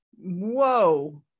Whoa